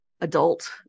adult